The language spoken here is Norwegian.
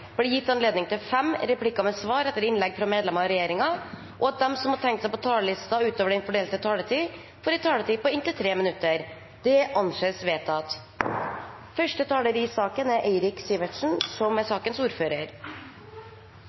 blir gitt anledning til inntil fem replikker med svar etter innlegg fra medlemmer av regjeringen, og at de som måtte tegne seg på talerlisten utover den fordelte taletid, får en taletid på inntil 3 minutter. – Det anses vedtatt. I dag behandler vi fire representantforslag som